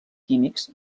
químics